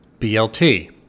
BLT